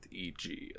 EG